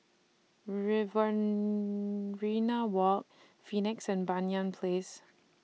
Riverina Walk Phoenix and Banyan Place